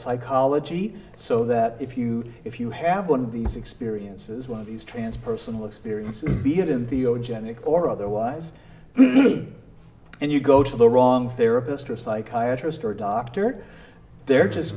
psychology so that if you if you have one of these experiences one of these transpersonal experiences be it in the old jenny or otherwise and you go to the wrong therapist or psychiatrist or doctor they're just